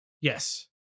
yes